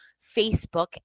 Facebook